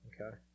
okay